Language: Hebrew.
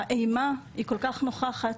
האימה היא כל כך נוכחת.